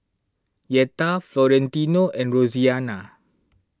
Yetta Florentino and Roseanna